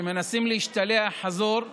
שמנסים להשתלח חזור ושוב,